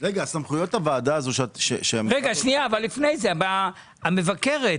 המבקרת,